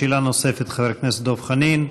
שאלה נוספת, חבר הכנסת דב חנין.